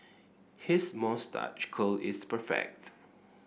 his moustache curl is perfect